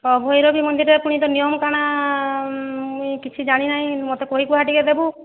ହଁ ଭୈରବୀ ମନ୍ଦିରରେ ପୁଣି ତ ନିୟମ କାଣା ମୁଇଁ କିଛି ଜାଣିନାହିଁ ମୋତେ କହିକୁହା ଟିକିଏ ଦେବୁ